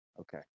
okay